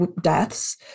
deaths